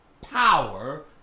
power